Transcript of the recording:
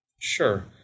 Sure